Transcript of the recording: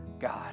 God